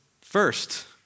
first